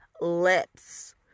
lips